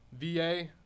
VA